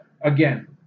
again